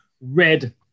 red